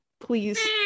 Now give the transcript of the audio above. Please